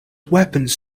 weapons